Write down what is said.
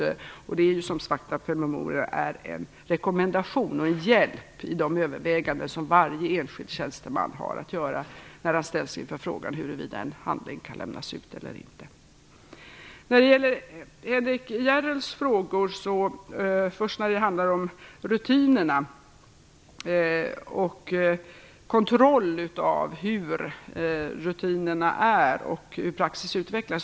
Promemorian är som sagt en rekommendation och en hjälp i de överväganden som varje enskild tjänsteman har att göra när han ställs inför frågan huruvida en handling kan lämnas ut eller inte. Sedan till Henrik Järrels frågor och först till den om rutinerna och kontroll av desamma samt hur praxis utvecklas.